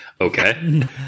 Okay